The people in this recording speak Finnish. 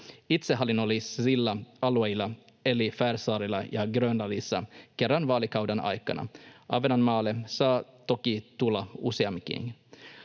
itsehallinnollisilla alueilla, eli Färsaarilla ja Grönlannissa, kerran vaalikauden aikana. Ahvenanmaalle saa toki tulla useamminkin.